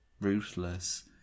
ruthless